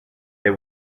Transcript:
they